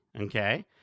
okay